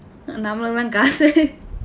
நம்ம தான் காசு:namma thaan kaasu